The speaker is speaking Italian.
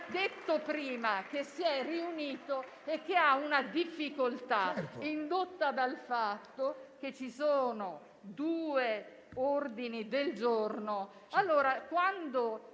detto prima che la Giunta si è riunita e che c'è una difficoltà dovuta al fatto che ci sono due ordini del giorno.